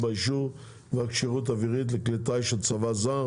4) (אישור בדבר כשירות אווירית לכלי טיס של צבא זר),